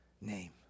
name